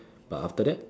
but after that